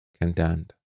condemned